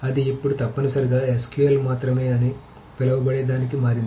అది ఇప్పుడు తప్పనిసరిగా SQL మాత్రమే అని పిలవబడే దానికి మారింది